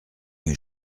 rue